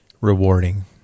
rewarding